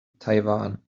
taiwan